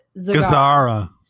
Gazara